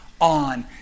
on